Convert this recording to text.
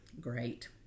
Great